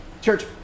Church